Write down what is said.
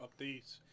updates